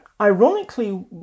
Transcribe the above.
ironically